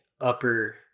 upper